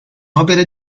opere